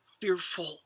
fearful